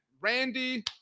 Randy